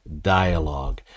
dialogue